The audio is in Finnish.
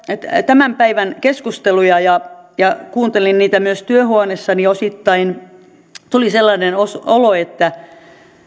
tämän päivän keskusteluja ja ja kuuntelin niitä myös työhuoneessani osittain tuli sellainen olo että